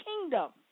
kingdom